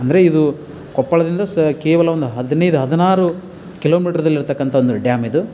ಅಂದರೆ ಇದು ಕೊಪ್ಪಳದಿಂದ ಸ ಕೇವಲ ಒಂದು ಹದಿನೈದು ಹದಿನಾರು ಕಿಲೋಮೀಟ್ರದಲ್ಲಿ ಇರತಕ್ಕಂಥ ಒಂದು ಡ್ಯಾಮ್ ಇದು